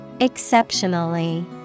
Exceptionally